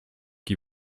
qui